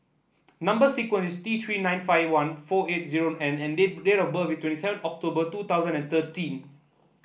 number sequence is T Three nine five one four eight zero N and date date of birth is twenty seven October two thousand and thirteen